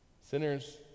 Sinners